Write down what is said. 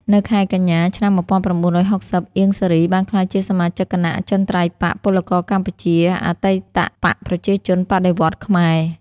នៅខែកញ្ញា ឆ្នាំ១៩៦០ អៀង សារី បានក្លាយជាសមាជិកគណៈអចិន្ត្រៃយ៍បក្សពលករកម្ពុជា អតីតបក្សប្រជាជនបដិវត្តន៍ខ្មែរ។